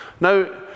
Now